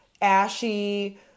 ashy